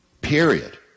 period